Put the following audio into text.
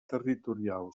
territorial